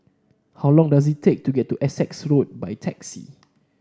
how long does it take to get to Essex Road by taxi